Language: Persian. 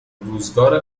روزگار